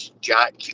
Jack